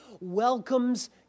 welcomes